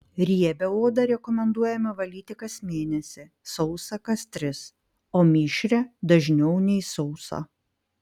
riebią odą rekomenduojame valyti kas mėnesį sausą kas tris o mišrią dažniau nei sausą